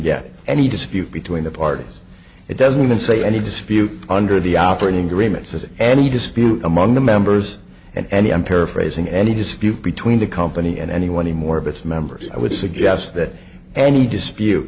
get any dispute between the parties it doesn't say any dispute under the operating agreements that any dispute among the members and any i'm paraphrasing any dispute between the company and anyone the more of its members i would suggest that any dispute